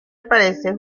aparece